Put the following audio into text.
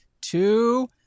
two